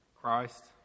Christ